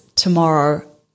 tomorrow